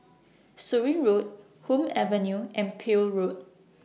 Surin Road Hume Avenue and Peel Road